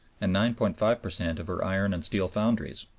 and nine point five per cent of her iron and steel foundries.